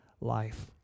life